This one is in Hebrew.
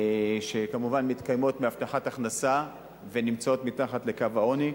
שכמובן מתקיימות מהבטחת הכנסה ונמצאות מתחת לקו העוני,